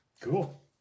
Cool